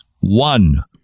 One